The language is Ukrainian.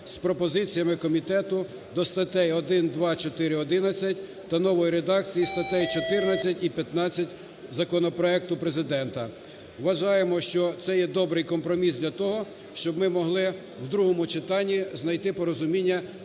з пропозиціями комітету до статей 1, 2, 4, 11 та нової редакції статей 14 і 15 законопроекту Президента. Вважаємо, що це є добрий компроміс для того, щоб ми могли в другому читанні знайти порозуміння